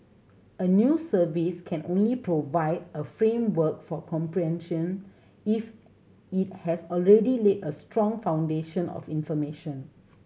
a new service can only provide a framework for comprehension if it has already laid a strong foundation of information